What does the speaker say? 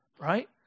right